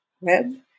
web